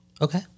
Okay